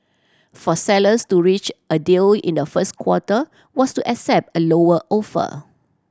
for sellers to reach a deal in the first quarter was to accept a lower offer